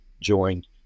joined